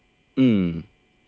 hmm